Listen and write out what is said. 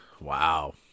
Wow